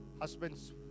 husband's